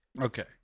Okay